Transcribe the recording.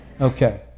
Okay